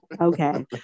Okay